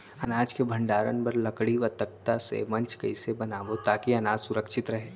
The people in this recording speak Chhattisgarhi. अनाज के भण्डारण बर लकड़ी व तख्ता से मंच कैसे बनाबो ताकि अनाज सुरक्षित रहे?